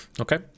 okay